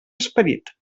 esperit